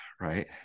right